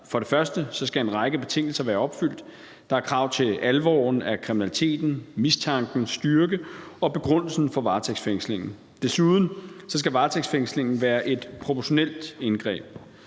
For det første skal en række betingelser være opfyldt. Der er krav til alvoren af kriminaliteten, mistankens styrke og begrundelsen for varetægtsfængslingen. Desuden skal varetægtsfængslingen være et proportionelt indgreb.